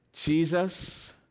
Jesus